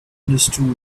understood